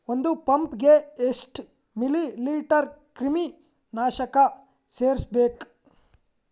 ಒಂದ್ ಪಂಪ್ ಗೆ ಎಷ್ಟ್ ಮಿಲಿ ಲೇಟರ್ ಕ್ರಿಮಿ ನಾಶಕ ಸೇರಸ್ಬೇಕ್?